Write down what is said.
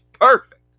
perfect